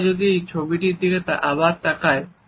আমরা যদি এই ছবিটির দিকে আবার তাকাই